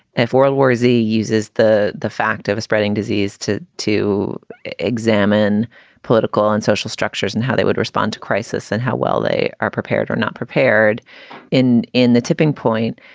f. alwasy uses the the fact of a spreading disease to to examine political and social structures and how they would respond to crisis and how well they are prepared or not prepared in in the tipping point.